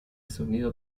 sonido